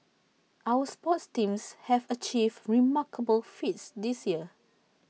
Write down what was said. our sports teams have achieved remarkable feats this year